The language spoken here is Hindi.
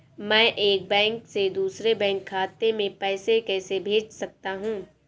मैं एक बैंक से दूसरे बैंक खाते में पैसे कैसे भेज सकता हूँ?